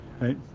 right